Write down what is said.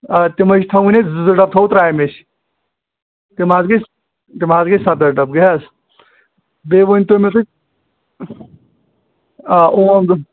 آ تِمَے چھِ تھاوٕنۍ اَسہِ زٕ زٕ ڈَبہٕ تھاوَو ترٛامہِ أسۍ تِم حظ گٔے تِم حظ گٔے سَداہ ڈَبہٕ گٔے حظ بیٚیہِ ؤنۍتو مےٚ تُہۍ آ اوم دۄد